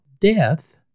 death